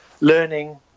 learning